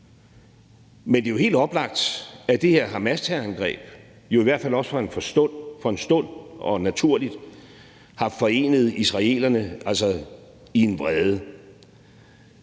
Men det er jo helt oplagt, at det her Hamasterrorangreb i hvert fald også for en stund og naturligt har forenet israelerne i en vrede,